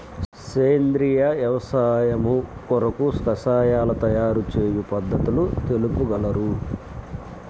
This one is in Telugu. సేంద్రియ వ్యవసాయము కొరకు కషాయాల తయారు చేయు పద్ధతులు తెలుపగలరు?